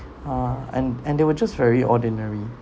ah and and they were just very ordinary